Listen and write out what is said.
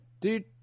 Dude